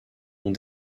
ont